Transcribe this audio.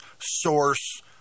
source